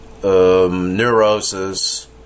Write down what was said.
Neurosis